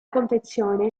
confezione